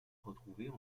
retrouvée